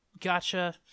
gotcha